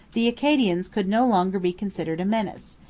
the acadians could no longer be considered a menace,